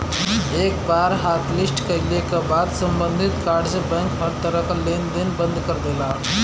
एक बार हॉटलिस्ट कइले क बाद सम्बंधित कार्ड से बैंक हर तरह क लेन देन बंद कर देला